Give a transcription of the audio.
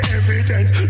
evidence